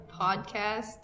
podcast